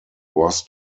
was